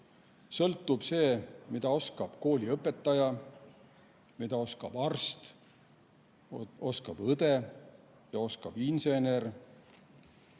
sõltub see, mida oskab kooliõpetaja, mida oskab arst, oskab õde ja oskab insener.